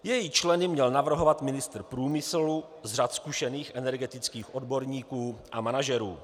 Její členy měl navrhovat ministr průmyslu z řad zkušených energetických odborníků a manažerů.